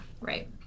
Right